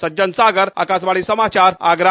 सज्जन सागर आकाशवाणी समाचार आगरा